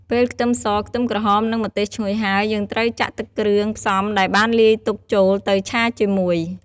ពេលខ្ទឹមស ខ្ទឹមក្រហម និងម្ទេសឈ្ងុយហើយ យើងត្រូវចាក់ទឹកគ្រឿងផ្សំដែលបានលាយទុកចូលទៅឆាជាមួយ។